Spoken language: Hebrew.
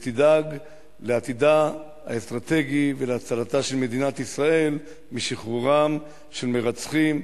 ותדאג לעתידה האסטרטגי ולהצלתה של מדינת ישראל משחרורם של מרצחים,